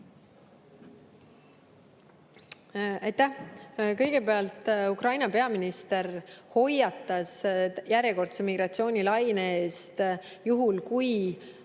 Aitäh! Kõigepealt, Ukraina peaminister hoiatas järjekordse emigratsioonilaine eest, juhul kui